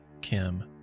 Kim